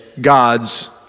God's